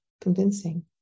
convincing